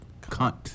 Cunt